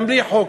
גם בלי חוק,